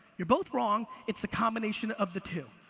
you're both wrong. it's the combination of the two.